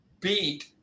beat